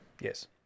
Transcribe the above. Yes